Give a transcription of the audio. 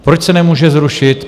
Proč se nemůže zrušit?